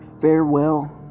Farewell